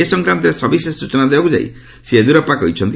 ଏ ସଂକ୍ରାନ୍ତରେ ସବିଶେଷ ସୂଚନା ଦେବାକୁ ଯାଇ ଶ୍ରୀ ୟେଦୁରାସ୍ପା କହିଛନ୍ତି